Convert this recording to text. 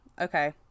Okay